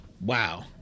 wow